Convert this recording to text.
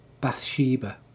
Bathsheba